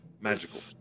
magical